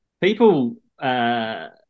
people